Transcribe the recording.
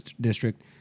District